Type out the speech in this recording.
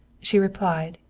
she replied,